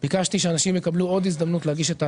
ביקשתי שאנשים יקבלו עוד הזדמנות להגיש את ההשגות.